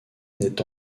n’est